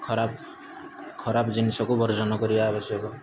ଖରାପ ଖରାପ ଜିନିଷକୁ ବର୍ଜନ କରିବା ଆବଶ୍ୟକ